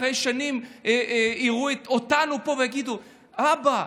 אחרי שנים יראו אותנו פה ויגידו: אבא,